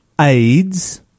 AIDS